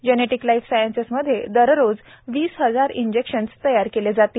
genetic life sciences मध्ये दररोज वीस हजार इंजेक्शन तयार केले जातील